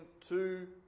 two